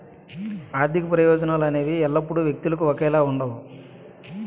ఆర్థిక ప్రయోజనాలు అనేవి ఎల్లప్పుడూ వ్యక్తులకు ఒకేలా ఉండవు